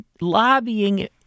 Lobbying